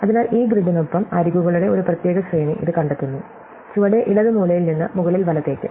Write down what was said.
അതിനാൽ ഈ ഗ്രിഡിനൊപ്പം അരികുകളുടെ ഒരു പ്രത്യേക ശ്രേണി ഇത് കണ്ടെത്തുന്നു ചുവടെ ഇടത് മൂലയിൽ നിന്ന് മുകളിൽ വലത്തേക്ക്